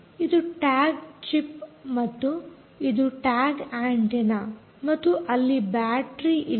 ಇದು tag chip ಮತ್ತು ಇದು ಟ್ಯಾಗ್ ಆಂಟೆನ್ನ ಮತ್ತು ಅಲ್ಲಿ ಬ್ಯಾಟರೀ ಇಲ್ಲ